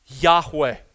Yahweh